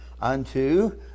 unto